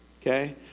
okay